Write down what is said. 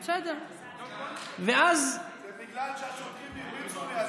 זה בגלל שהשוטרים הרביצו לי אז,